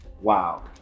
wow